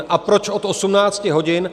A proč od 18 hodin?